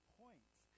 points